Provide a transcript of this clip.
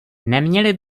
neměli